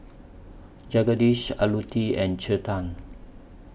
Jagadish Alluti and Chetan